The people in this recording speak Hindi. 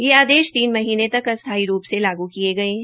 यह आदेश तीन महीने तक अस्थाई रूप से लागू किये गये है